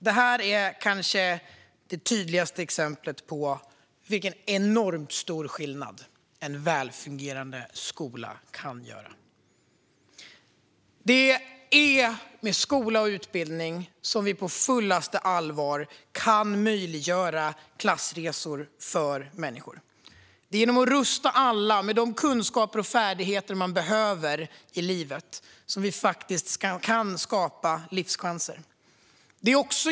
Detta är kanske det tydligaste exemplet på vilken enormt stor skillnad en välfungerande skola kan göra. Det är med skola och utbildning som vi på fullaste allvar kan möjliggöra klassresor för människor. Det är genom att rusta alla med de kunskaper och färdigheter man behöver i livet som vi kan skapa livschanser.